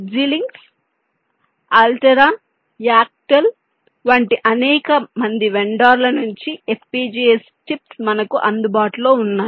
Xilinx Altera Actel వంటి అనేక మంది వెండార్ల నుండి FPGA చిప్స్ మనకు అందుబాటులో ఉన్నాయి